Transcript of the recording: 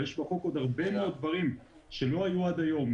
יש בחוק עוד הרבה מאוד דברים שלא היו עד היום,